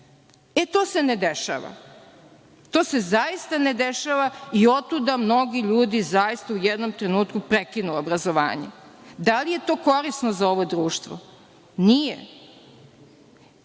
To se ne dešava. To se zaista ne dešava i otuda mnogi ljudi u jednom trenutku prekinu obrazovanje. Da li je to korisno za ovo društvo?